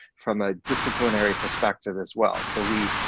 from a disciplinary perspective as well. so we,